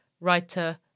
writer